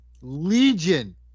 legion